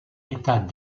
état